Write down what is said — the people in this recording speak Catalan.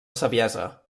saviesa